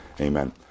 Amen